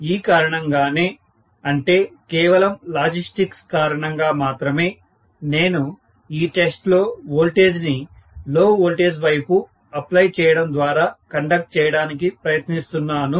ఈ కారణంగానే అంటే కేవలం లాజిస్టిక్స్ కారణంగా మాత్రమే నేను ఈ టెస్ట్ లో వోల్టేజ్ ని లో వోల్టేజ్ వైపు అప్లై చేయడం ద్వారా కండక్ట్ చేయడానికి ప్రయత్నిస్తున్నాను